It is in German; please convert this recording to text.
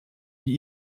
wie